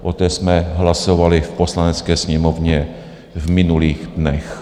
O té jsme hlasovali v Poslanecké sněmovně v minulých dnech.